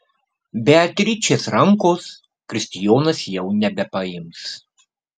beatričės rankos kristijonas jau nebepaims